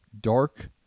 dark